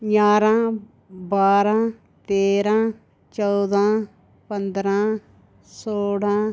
जारां बारां तेरां चौदां पंदरां सौलां